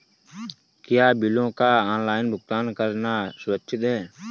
क्या बिलों का ऑनलाइन भुगतान करना सुरक्षित है?